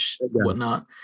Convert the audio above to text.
whatnot